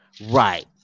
Right